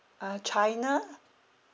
uh china